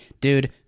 dude